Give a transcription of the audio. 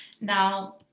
Now